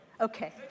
Okay